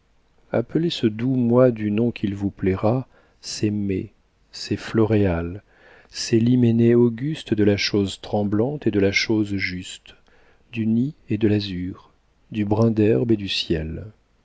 appelez ce doux mois du nom qu'il vous plaira c'est mai c'est floréal c'est l'hyménée auguste de la chose tremblante et de la chose juste du nid et de l'azur du brin d'herbe et du ciel